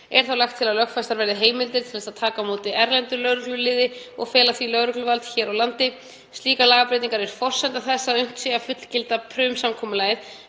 Er lagt til að lögfestar verði heimildir til að taka á móti erlendu lögregluliði og fela því lögregluvald hér á landi. Slíkar lagabreytingar eru forsenda þess að unnt sé að fullgilda Prüm-samkomulagið,